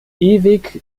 ewig